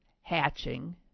hatching